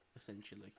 essentially